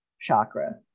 chakra